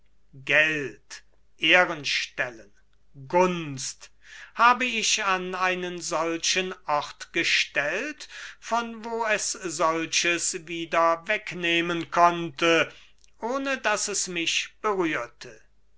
geld ehrenstellen gunst habe ich an einen solchen ort gestellt von wo es solches wieder wegnehmen konnte ohne daß es mich berührte